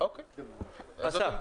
לעת עתה.